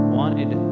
wanted